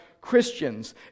Christians